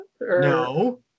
No